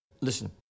Listen